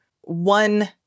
one